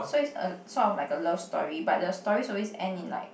so it's a sort of like a love story but the stories always end in like